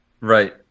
Right